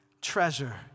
treasure